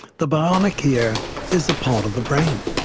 the bionic ear is a part of the brain.